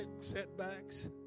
setbacks